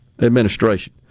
administration